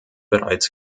bereits